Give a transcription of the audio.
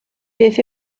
beth